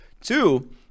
two